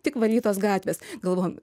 tik valytos gatvės galvojam